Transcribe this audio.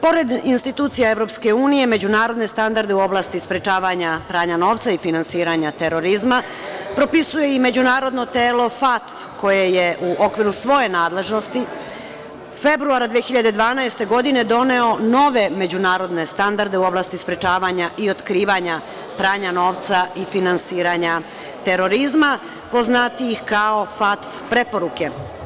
Pored institucija EU međunarodne standarde u oblasti sprečavanja pranja novca i finansiranja terorizma propisuje i međunarodno telo FATF koje je u okviru svoje nadležnosti februara 2012. godine doneo nove međunarodne standarde u oblasti sprečavanja i otkrivanja pranja novca i finansiranja terorizma, poznatijih kao FATF preporuke.